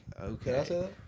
Okay